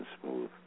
smooth